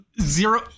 Zero-